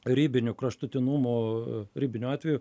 ribinių kraštutinumų ribinių atvejų